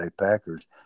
packers